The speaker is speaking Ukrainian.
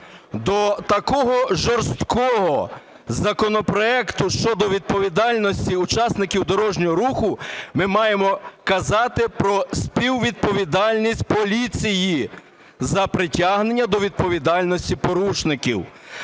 До такого жорсткого законопроекту щодо відповідальності учасників дорожнього руху ми маємо казати про співвідповідальність поліції за притягнення до відповідальності порушників.